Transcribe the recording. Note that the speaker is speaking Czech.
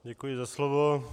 Děkuji za slovo.